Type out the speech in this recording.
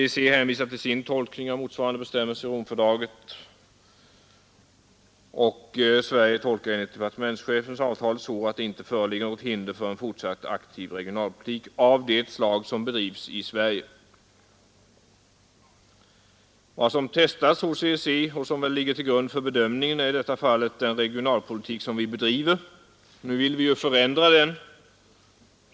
EEC hänvisar till sin tolkning av motsvarande bestämmelser i Romfördraget, och Sverige tolkar enligt departementschefen avtalet så, att det inte föreligger något hinder för en fortsatt aktiv regionalpolitik av det slag som bedrivs i Sverige. Vad som testats hos EEC och som väl ligger till grund för bedömningen är i detta fall den regionalpolitik vi bedriver. Nu vill vi ju förändra den.